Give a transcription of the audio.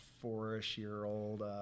four-ish-year-old